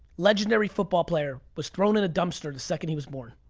legendary football player, was thrown in a dumpster the second he was born.